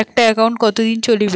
একটা একাউন্ট কতদিন চলিবে?